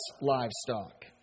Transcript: livestock